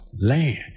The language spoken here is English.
Land